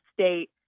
state